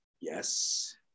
Yes